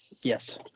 Yes